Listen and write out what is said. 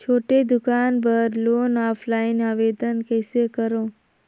छोटे दुकान बर लोन ऑफलाइन आवेदन कइसे करो?